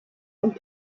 und